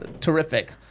Terrific